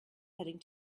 heading